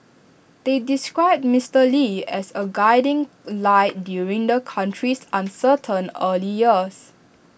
they described Mister lee as A guiding light during the country's uncertain early years